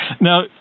Now